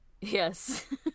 Yes